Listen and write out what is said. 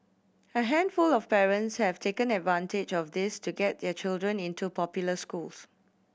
a handful of parents have taken advantage of this to get their children into popular schools